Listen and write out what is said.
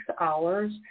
hours